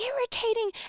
irritating